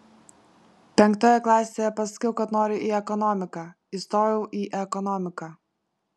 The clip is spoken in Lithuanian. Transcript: penktoje klasėje pasakiau kad noriu į ekonomiką įstojau į ekonomiką